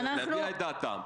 להביע את דעתם.